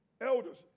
Elders